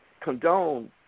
condone